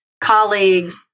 colleagues